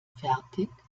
fertig